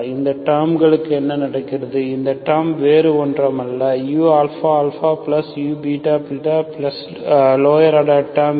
இந்த டேர்மிக்கு என்ன நடக்கிறது இந்த டேர்ம் வேறு ஒன்றும் அல்ல uααuββlower order terms0